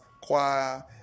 choir